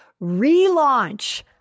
relaunch